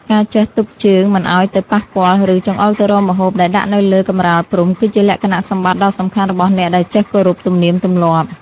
ការចេះទប់ជើងមិនឱ្យទៅប៉ះពាល់ ឬ ចង្អុលទៅរកម្ហូបដែលដាក់នៅលើកម្រាលព្រំគឺជាលក្ខណៈសម្បត្តិដ៏សំខាន់របស់អ្នកដែលចេះគោរពទំនៀមទម្លាប់។